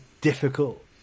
difficult